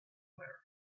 there